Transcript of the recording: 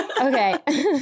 okay